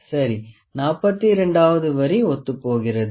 சரி 42 வது வரி ஒத்துப்போகிறது